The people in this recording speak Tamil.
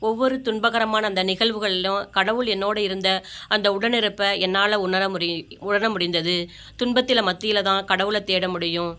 ஒவ்வொரு துன்பகரமான அந்த நிகழ்வுகள்லும் கடவுள் என்னோடு இருந்த அந்த உடனிருப்பை என்னால உணர முடிய உணர முடிந்தது துன்பத்தில் மத்தியில் தான் கடவுளை தேட முடியும்